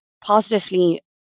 positively